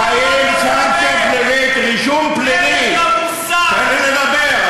אין לך מושג על מה אתה מדבר.